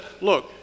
look